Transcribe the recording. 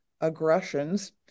aggressions